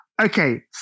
Okay